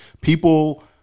People